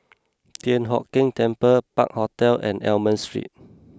Thian Hock Keng Temple Park Hotel and Almond Street